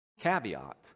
caveat